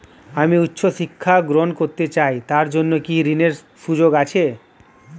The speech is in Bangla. আমি উচ্চ শিক্ষা গ্রহণ করতে চাই তার জন্য কি ঋনের সুযোগ আছে?